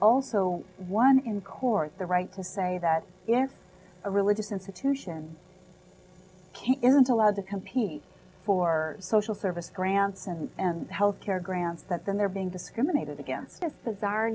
also one in court the right to say that if a religious institution isn't allowed to compete for social service grants and health care grants that they're being discriminated against this bizarre